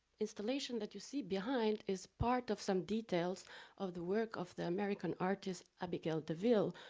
installation that you see behind is part of some details of the work of the american artist abigail deville,